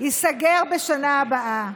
ייסגר בשנה הבאה,